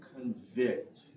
convict